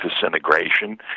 disintegration